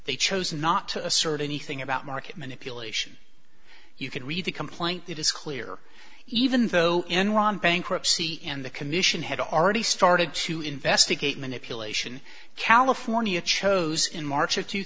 they chose not to assert anything about market manipulation you can read the complaint it is clear even though enron bankruptcy and the commission had already started to investigate manipulation california chose in march of two